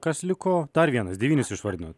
kas liko dar vienas devynis išvardinot